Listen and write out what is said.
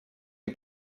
you